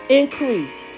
increase